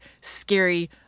scary